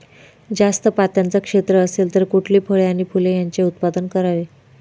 जास्त पात्याचं क्षेत्र असेल तर कुठली फळे आणि फूले यांचे उत्पादन करावे?